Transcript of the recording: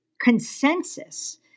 consensus